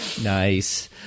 Nice